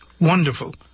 wonderful